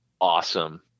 awesome